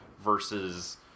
versus